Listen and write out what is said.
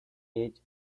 age